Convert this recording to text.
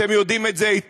אתם יודעים את זה היטב.